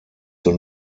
zur